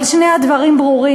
אבל שני הדברים ברורים.